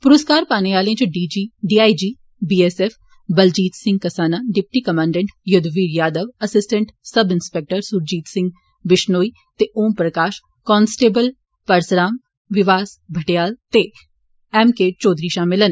पुरस्कार पाने आलें च DIG BSF Baljeet Singh Kasana deputy commandant Yudhveer Yadav assistant sub inspector Surjeet Singh Bishnoi ते ओम प्रकाश कांस्टेबल परसराम विवास बटमेयाल ते एम के चौधरी शामल न